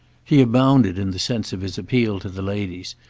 he abounded in the sense of his appeal to the ladies,